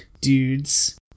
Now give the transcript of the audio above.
dudes